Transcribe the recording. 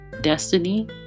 destiny